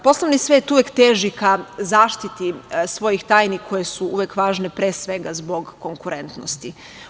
Poslovni svet uvek teži ka zaštiti svojih tajni koje su uvek važne pre svega zbog konkurentnosti.